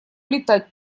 летать